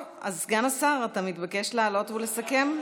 טוב, אז סגן השר, אתה מתבקש לעלות ולסכם.